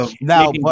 Now